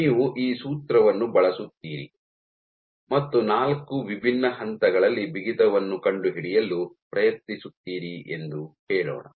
ನೀವು ಈ ಸೂತ್ರವನ್ನು ಬಳಸುತ್ತೀರಿ ಮತ್ತು ನಾಲ್ಕು ವಿಭಿನ್ನ ಹಂತಗಳಲ್ಲಿ ಬಿಗಿತವನ್ನು ಕಂಡುಹಿಡಿಯಲು ಪ್ರಯತ್ನಿಸುತ್ತೀರಿ ಎಂದು ಹೇಳೋಣ